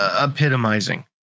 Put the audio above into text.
epitomizing